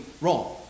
wrong